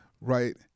right